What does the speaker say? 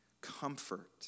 comfort